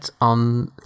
on